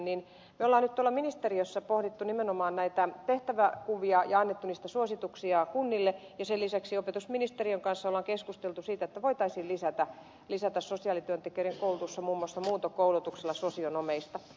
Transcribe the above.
me olemme nyt ministeriössä pohtineet nimenomaan näitä tehtäväkuvia ja antaneet niistä suosituksia kunnille ja sen lisäksi opetusministeriön kanssa keskustelleet siitä voitaisiinko lisätä sosiaalityöntekijöiden koulutusta muun muassa muuntokoulutuksella sosionomeista